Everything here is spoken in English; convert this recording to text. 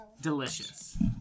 delicious